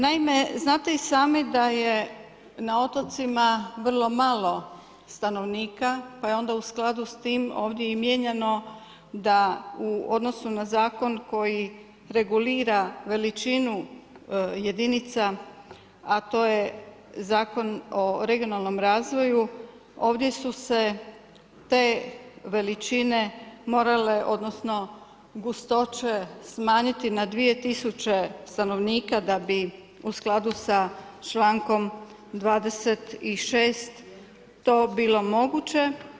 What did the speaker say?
Naime, znate i sami, da je na otocima vrlo malo stanovnika, pa je onda u skladu s tim, ovdje mjenjano, da u odnosu na zakon, koji regulira veličinu jedinica, a to je zakon o regionalnom razvoju, ovdje su se te veličine morale, odnosno gustoće smanjiti na 2000 stanovnika, da bi u skladu sa člankom 26. to bilo moguće.